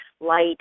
light